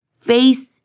Face